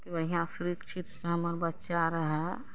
तऽ बढ़िआँ सुरक्षित से हमर बच्चा रहय